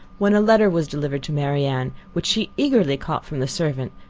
when a letter was delivered to marianne, which she eagerly caught from the servant,